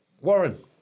Warren